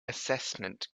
assessment